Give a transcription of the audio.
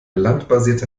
landbasierte